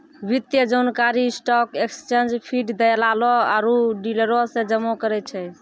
वित्तीय जानकारी stock exchange feed, दलालो आरु डीलरो से जमा करै छै